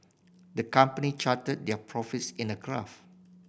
the company charted their profits in a graph